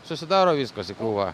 susidaro viskas į krūvą